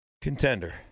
Contender